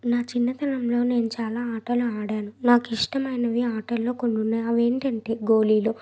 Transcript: నా చిన్నతనంలో నేను చాలా ఆటలు ఆడాను నాకు ఇష్టమైనవి ఆటల్లో కొన్నున్నాయి అవేంటంటే గోళీలు